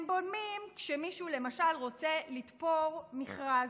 הם בולמים כשמישהו למשל רוצה לתפור מכרז.